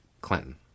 Clinton